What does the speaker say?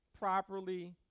properly